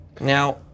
Now